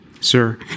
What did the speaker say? Sir